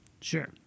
sure